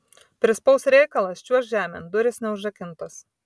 prispaus reikalas čiuožk žemėn durys neužrakintos